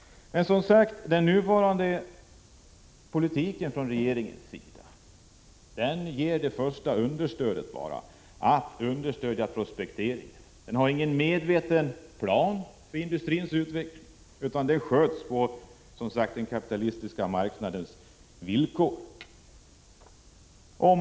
Den nuvarande regeringspolitiken innebär, som sagt, bara ett första steg när det gäller understöd till prospekteringen. Regeringen har ingen medveten plan för industrins utveckling, utan industrin sköts på den kapitalistiska marknadens villkor.